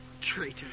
Traitor